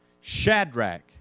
Shadrach